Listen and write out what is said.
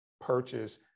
purchase